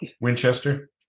Winchester